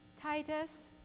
Titus